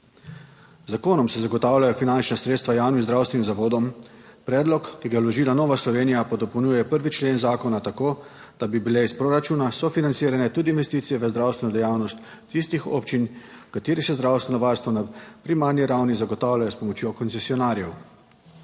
Z zakonom se zagotavljajo finančna sredstva javnim zdravstvenim zavodom. Predlog, ki ga je vložila Nova Slovenija, pa dopolnjuje 1. člen zakona tako, da bi bile iz proračuna sofinancirane tudi investicije v zdravstveno dejavnost tistih občin, v katerih se zdravstveno varstvo na primarni ravni zagotavlja s pomočjo koncesionarjev.